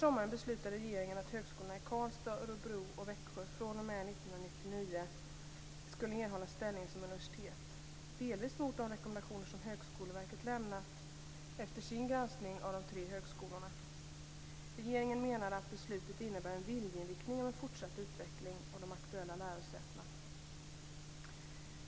skall erhålla ställning som universitet, delvis mot de rekommendationer Högskoleverket lämnat efter sin granskning av de tre högskolorna. Regeringen menar att beslutet innebär en viljeinriktning om en fortsatt utveckling av de aktuella lärosätena.